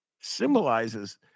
symbolizes